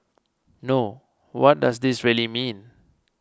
no what does this really mean